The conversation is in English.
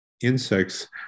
insects